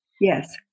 Yes